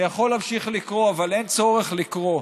אני יכול להמשיך לקרוא, אבל אין צורך לקרוא.